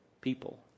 people